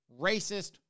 racist